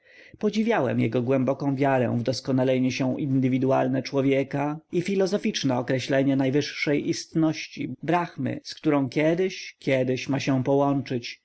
podziwiałem jego głęboką wiarę w doskonalenie się indywidualne człowieka i filozoficzne określenia najwyższej istności brahmy z którą kiedyś kiedyś ma się połączyć